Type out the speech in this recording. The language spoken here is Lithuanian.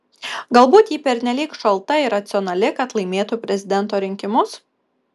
galbūt ji pernelyg šalta ir racionali kad laimėtų prezidento rinkimus